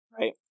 right